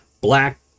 black